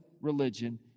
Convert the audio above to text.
religion